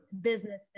businesses